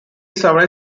survived